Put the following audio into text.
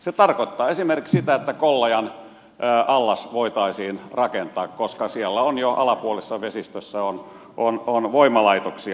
se tarkoittaa esimerkiksi sitä että kollajan allas voitaisiin rakentaa koska siellä on jo alapuolisessa vesistössä voimalaitoksia